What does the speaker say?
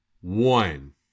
one